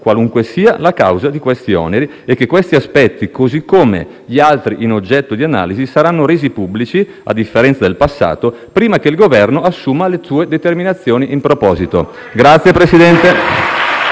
qualunque sia la causa di questi oneri e che questi aspetti, così come gli altri oggetto di analisi, saranno resi pubblici - a differenza del passato - prima che il Governo assuma le sue determinazioni in proposito. *(Applausi